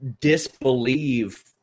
disbelieve